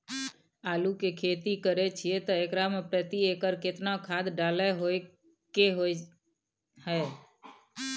आलू के खेती करे छिये त एकरा मे प्रति एकर केतना खाद डालय के होय हय?